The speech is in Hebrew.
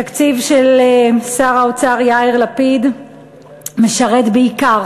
התקציב של שר האוצר יאיר לפיד משרת בעיקר,